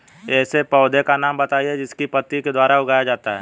ऐसे पौधे का नाम बताइए जिसको पत्ती के द्वारा उगाया जाता है